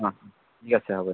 অঁ ঠিক আছে হ'ব দিয়ক